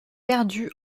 perdu